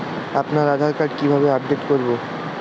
আমার আধার কার্ড কিভাবে আপডেট করব?